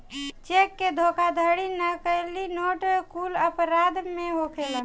check के धोखाधड़ी, नकली नोट कुल अपराध ही होखेलेन